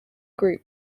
group